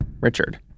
Richard